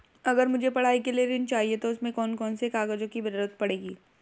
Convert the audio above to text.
अगर मुझे पढ़ाई के लिए ऋण चाहिए तो उसमें कौन कौन से कागजों की जरूरत पड़ेगी?